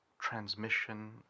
transmission